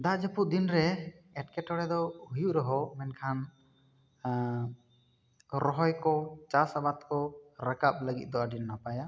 ᱫᱟᱜ ᱡᱟᱹᱯᱩᱫ ᱫᱤᱱ ᱨᱮ ᱮᱴᱠᱮᱴᱚᱬᱮ ᱫᱚ ᱦᱩᱭᱩᱜ ᱨᱮᱦᱚᱸ ᱢᱮᱱᱠᱷᱟᱱ ᱨᱚᱦᱚᱭ ᱠᱚ ᱪᱟᱥ ᱟᱵᱟᱫᱽ ᱠᱚ ᱨᱟᱠᱟᱵ ᱞᱟᱹᱜᱤᱫ ᱫᱚ ᱟᱹᱰᱤ ᱱᱟᱯᱟᱭᱟ